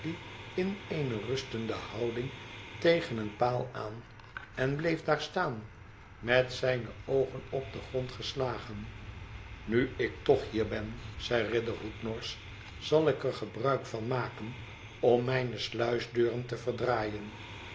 in eene rustende houding tegen een paal aan en bleef daar staan met zijne oogen op den grond geslagen nu ik toch hier ben zei riderhood norsch zal ik er gebruik van maken om mijne sluieuren te verdraaien